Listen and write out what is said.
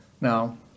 Now